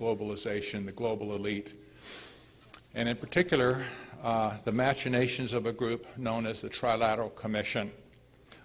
globalization the global elite and in particular the machinations of a group known as the trilateral commission